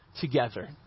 together